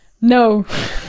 no